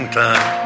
time